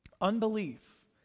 Unbelief